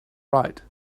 right